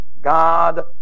God